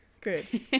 good